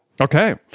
Okay